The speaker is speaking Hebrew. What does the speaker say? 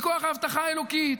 מכוח ההבטחה האלוקית,